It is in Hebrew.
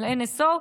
של NSO,